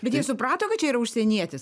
bet jie suprato kad čia yra užsienietis